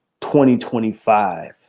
2025